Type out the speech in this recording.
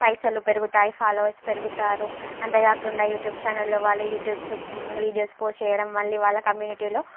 పైసలు పెరుగుతాయి ఫాలోవర్స్ పెరుగుతారు అంతే కాకుండా యూట్యూబ్ ఛానల్లో వాళ్ళు యూట్యూబ్స్ వీడియోసు పోస్ట్ చేయడం వళ్ళ వాళ్ళ కమ్యూనిటీలో